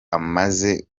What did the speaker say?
amaze